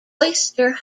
oyster